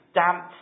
damp